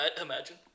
Imagine